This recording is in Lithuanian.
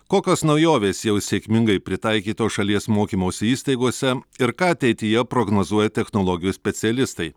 kokios naujovės jau sėkmingai pritaikytos šalies mokymosi įstaigose ir ką ateityje prognozuoja technologijų specialistai